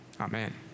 Amen